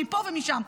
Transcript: מי פה ומי שם.